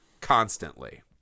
constantly